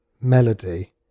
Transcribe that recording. Melody